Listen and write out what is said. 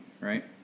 right